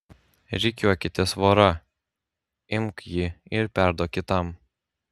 rikiuokitės vora imk jį ir perduok kitam